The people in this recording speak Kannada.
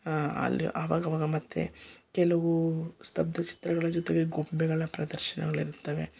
ಅಲ್ಲಿ ಅವಾಗವಾಗ ಮತ್ತೆ ಕೆಲವು ಸ್ಥಬ್ಧ ಚಿತ್ರಗಳ ಜೊತೆಗೆ ಗೊಂಬೆಗಳ ಪ್ರದರ್ಶನಗಳಿರ್ತವೆ